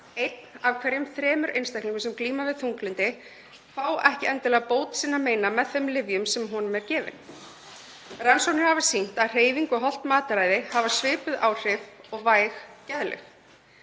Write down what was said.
einn af hverjum þremur einstaklingum sem glíma við þunglyndi fær ekki endilega bót sinna meina með þeim lyfjum sem honum eru gefin. Rannsóknir hafa sýnt að hreyfing og hollt mataræði hafa svipuð áhrif og væg geðlyf.